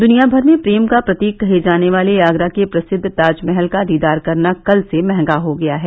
दुनियाभर में प्रेम का प्रतीक कहे जाने वाले आगरा के प्रसिद्व ताजमहल का दीदार करना कल से महंगा हो गया है